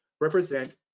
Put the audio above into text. represent